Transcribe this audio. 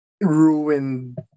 ruined